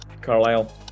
Carlisle